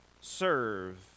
serve